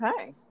okay